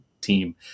team